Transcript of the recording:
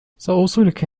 سأوصلك